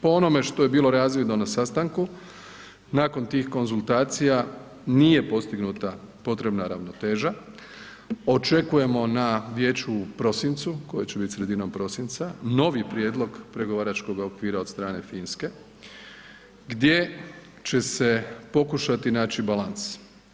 Po onome što je bilo razvidno na sastanku nakon tih konzultacija nije postignuta potrebna ravnoteža, očekujemo na vijeću u prosincu koje će bit sredinom prosinca, novi prijedlog pregovaračkoga okvira od strane Finske gdje će se pokušati naći balans.